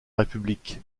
république